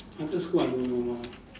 after school I don't know lah